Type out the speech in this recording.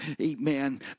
amen